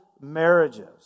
marriages